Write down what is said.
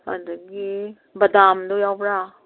ꯑꯗꯒꯤ ꯕꯗꯥꯝꯗꯣ ꯌꯥꯎꯕ꯭ꯔꯥ